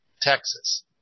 Texas